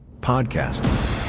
podcast